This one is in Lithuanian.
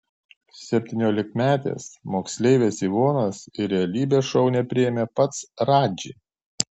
septyniolikmetės moksleivės ivonos į realybės šou nepriėmė pats radži